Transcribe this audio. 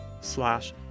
slash